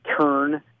turn